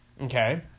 Okay